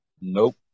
Nope